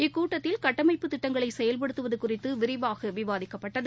இக்கூட்டத்தில் கட்டமைப்புத் திட்டங்களை செயல்படுத்துவது குறித்து விரிவாக விவாதிக்கப்பட்டது